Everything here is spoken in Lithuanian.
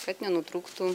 kad nenutrūktų